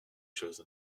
chose